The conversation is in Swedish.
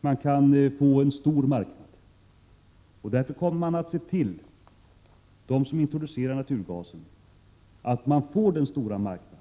man kan få en stor marknad. Därför kommer de som introducerar naturgasen att se till att de får den stora marknaden.